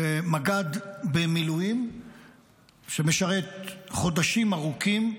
מג"ד במילואים שמשרת חודשים ארוכים.